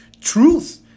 truth